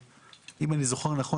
אם אני זוכר נכון,